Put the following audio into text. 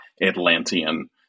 Atlantean